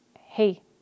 Hey